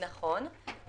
נכון,